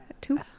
two